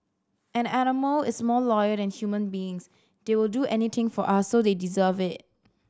an animal is more loyal than human beings they will do anything for us so they deserve it